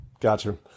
Gotcha